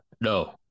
No